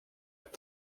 être